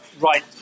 right